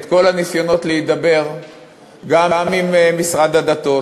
את כל הניסיונות להידבר גם עם משרד הדתות